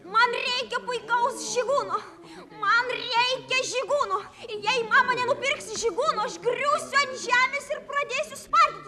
man reikia puikaus žygūno man reikia žygūno jei mama nenupirksi žygūno aš griūsiu ant žemės ir pradėsiu spardytis